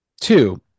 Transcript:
Two